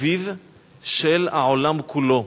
האביב של העולם כולו.